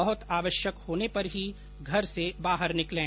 बहत आवश्यक होने पर ही घर से बाहर निकलें